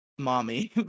mommy